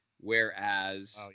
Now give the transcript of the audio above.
Whereas